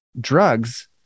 drugs